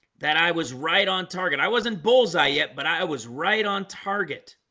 that i was right on target. i wasn't bull's-eye yet, but i was right on target